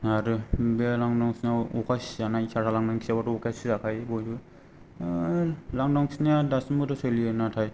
आरो बे लान्दांआव खिनायाव अखा सिजानाय जायगा लान्दांआव खिनायावथ' अखा सिजाखायो बयबो लान्दांआव खिनाया दासिम्बोथ' सलियो नाथाय